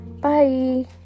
Bye